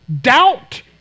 doubt